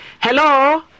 Hello